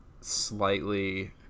slightly